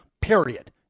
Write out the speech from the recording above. period